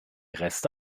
reste